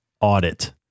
audit